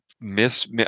miss